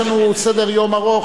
אבל יש לנו סדר-יום ארוך.